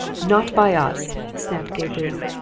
not by us! snapped gabriel.